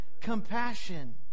compassion